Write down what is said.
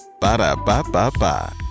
ba-da-ba-ba-ba